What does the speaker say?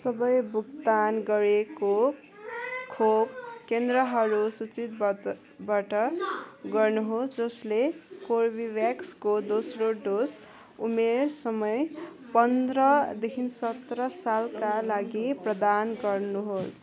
सबै भुक्तान गरिएको खोप केन्द्रहरू सूचीबद्ध बाट गर्नुहोस् जसले कर्बेभ्याक्सको दोस्रो डोज उमेर समय पन्ध्रदेखि सत्र सालका लागि प्रदान गर्नुहोस्